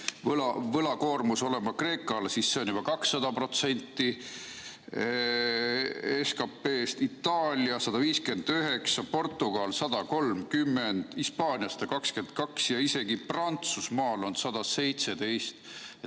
võlakoormus olema Kreekal, siis see on juba 200% SKP-st, Itaalia 159, Portugal 130, Hispaania 122 ja isegi Prantsusmaal on 117.